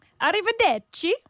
Arrivederci